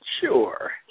Sure